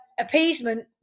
appeasement